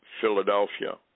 Philadelphia